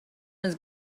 was